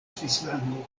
svislando